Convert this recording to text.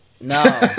no